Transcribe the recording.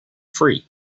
free